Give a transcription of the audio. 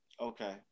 Okay